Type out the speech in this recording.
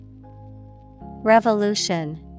REVOLUTION